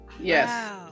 yes